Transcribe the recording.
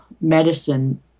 medicine